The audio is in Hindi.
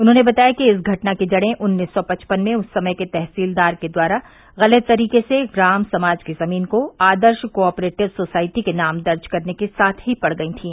उन्होंने बताया कि इस घटना की जड़े उन्नीस सौ पचपन में उस समय के तहसीलदार के द्वारा गलत तरीके से ग्राम समाज की जमीन को आदर्श कॉपरेटिव सोसायटी के नाम दर्ज करने के साथ ही पड़ गई थी